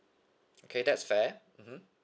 okay that's fair mmhmm